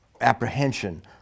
apprehension